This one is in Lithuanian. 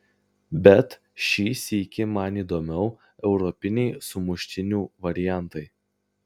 bet šį sykį man įdomiau europiniai sumuštinių variantai